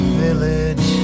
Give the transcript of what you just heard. village